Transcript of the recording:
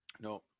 No